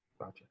Gotcha